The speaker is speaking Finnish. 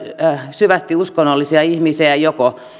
syvästi uskonnollisia ihmisiä joko